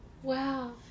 Wow